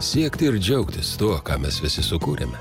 siekti ir džiaugtis tuo ką mes visi sukūrėme